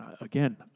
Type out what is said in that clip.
Again